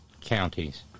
counties